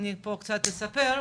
אני פה קצת אספר,